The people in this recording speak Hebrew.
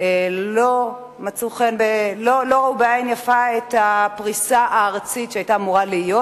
לא ראו בעין יפה את הפריסה הארצית שהיתה אמורה להיות,